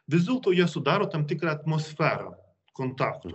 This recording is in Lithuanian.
vis dėlto jie sudaro tam tikrą atmosferą kontaktų